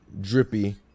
drippy